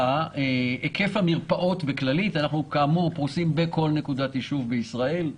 היקף המרפאות בכללית אנחנו כאמור פרושים בכל נקודת ישוב בישראל,